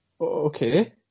Okay